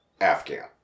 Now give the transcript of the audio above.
afghan